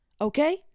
Okay